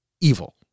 evil